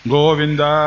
Govinda